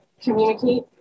communicate